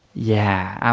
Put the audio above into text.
yeah.